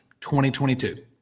2022